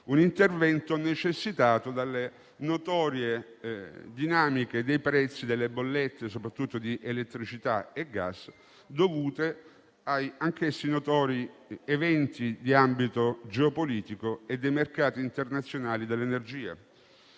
un intervento necessitato dalle notorie dinamiche dei prezzi delle bollette, soprattutto di elettricità e gas, dovute agli eventi - notori anch'essi - di ambito geopolitico e dei mercati internazionali dell'energia.